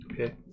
Okay